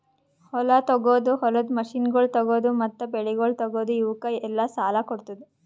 ಹೊಲ ತೊಗೋದು, ಹೊಲದ ಮಷೀನಗೊಳ್ ತೊಗೋದು, ಮತ್ತ ಬೆಳಿಗೊಳ್ ತೊಗೋದು, ಇವುಕ್ ಎಲ್ಲಾ ಸಾಲ ಕೊಡ್ತುದ್